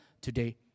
today